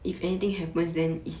if anything happens then is